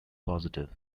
positive